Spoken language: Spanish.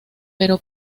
pero